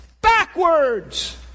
Backwards